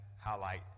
highlight